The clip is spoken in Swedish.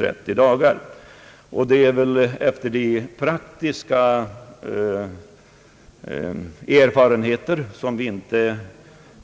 Med hänsyn till de praktiska erfarenheter vi har på detta område inte